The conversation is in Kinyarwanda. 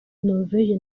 norvège